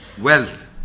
wealth